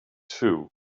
too